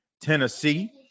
tennessee